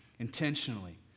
intentionally